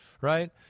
right